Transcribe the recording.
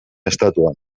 estatuan